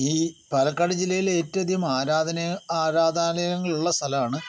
ഈ പാലക്കാട് ജില്ലയിൽ ഏറ്റവും അധികം ആരാധനാ ആരാധാലയങ്ങളുള്ള സ്ഥലമാണ്